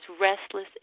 restless